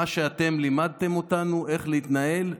על זה שאתם לימדתם אותנו איך להתנהל,